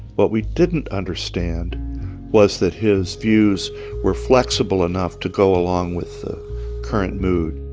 what we didn't understand was that his views were flexible enough to go along with the current mood